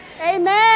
Amen